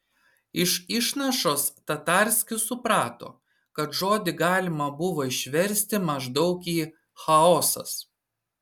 iš išnašos tatarskis suprato kad žodį galima buvo išversti maždaug į chaosas